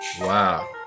Wow